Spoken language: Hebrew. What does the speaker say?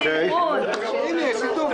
- אין הצעת החוק